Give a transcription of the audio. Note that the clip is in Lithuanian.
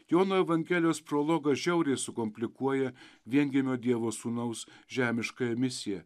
jono evangelijos prologas žiauriai sukomplikuoja viengimio dievo sūnaus žemiškąją misiją